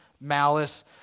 malice